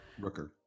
Rooker